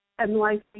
NYC